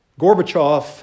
Gorbachev